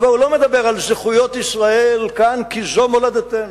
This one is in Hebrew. ובו הוא לא מדבר על זכויות ישראל כאן כי זו מולדתנו,